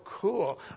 cool